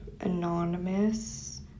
anonymous